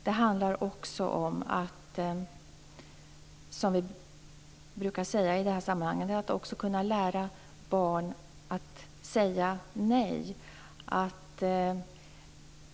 Det handlar också om, som vi brukar säga i de här sammanhangen, att kunna lära barn att säga nej.